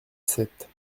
sept